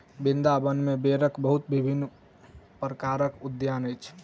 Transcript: वृन्दावन में बेरक बहुत विभिन्न प्रकारक उद्यान अछि